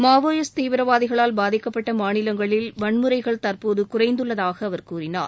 Maoist தீவிரவாதிகளால் பாதிக்கப்பட்ட மாநிலங்களில் வன்முறைகள் தற்போது குறைந்துள்ளதாக அவர் கூறினார்